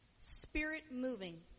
spirit-moving